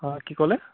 হয় কি ক'লে